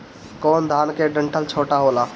कौन धान के डंठल छोटा होला?